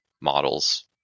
models